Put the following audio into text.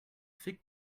fig